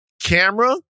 camera